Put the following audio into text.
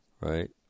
right